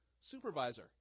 supervisor